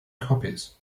copies